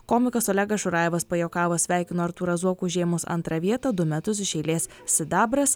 komikas olegas šurajevas pajuokavo sveikina artūrą zuoką užėmus antrą vietą du metus iš eilės sidabras